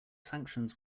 sanctions